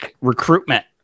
recruitment